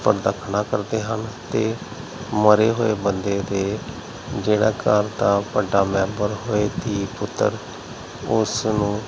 ਪ੍ਰਦਖਨਾ ਕਰਦੇ ਹਨ ਅਤੇ ਮਰੇ ਹੋਏ ਬੰਦੇ ਦੇ ਜਿਹੜਾ ਘਰ ਦਾ ਵੱਡਾ ਮੈਂਬਰ ਹੋਏ ਧੀ ਪੁੱਤਰ ਉਸ ਨੂੰ